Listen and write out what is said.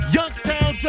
Youngstown